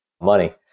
money